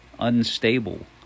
unstable